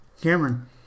Cameron